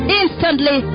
instantly